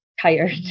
tired